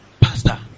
Pastor